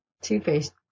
Two-Faced